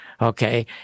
Okay